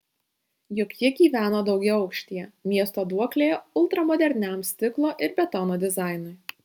juk ji gyveno daugiaaukštyje miesto duoklėje ultramoderniam stiklo ir betono dizainui